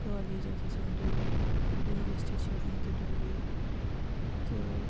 college ٲسۍ آسان دوٗر یونیورسٹی چھِ وُنہِ تہِ دورٕے تہٕ